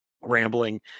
rambling